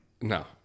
No